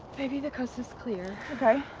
maybe the coast is clear. okay.